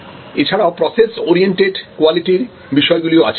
এছাড়াও process oriented কোয়ালিটির বিষয়গুলোও আছে